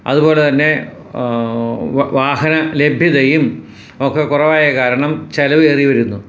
അതുപോലെ തന്നെ വാഹന ലഭ്യതയും ഒക്കെ കുറവായ കാരണം ചിലവേറി വരുന്നു